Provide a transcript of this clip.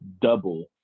double